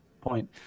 point